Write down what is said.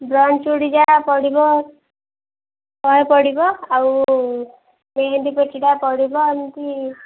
brand ଚୁଡ଼ିଯାକ ପଡ଼ିବ ଶହେ ପଡ଼ିବ ଆଉ ମେହେନ୍ଦୀ ପେଟିଟା ପଡ଼ିବ ଏମତି